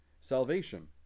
Salvation